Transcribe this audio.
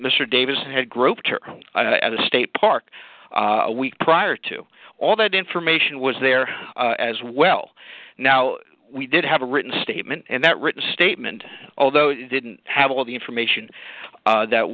mr davis had groped her at a state park a week prior to all that information was there as well now we did have a written statement and that written statement although it didn't have all of the information that